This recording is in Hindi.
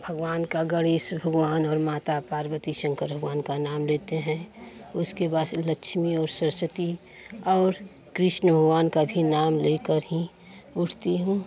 भगवान का गणेश भगवान और माता पार्वती शंकर भगवान का नाम लेते हैं उसके बाद लक्ष्मी और सरस्वती और कृष्ण भगवान का भी नाम लेकर ही उठती हूँ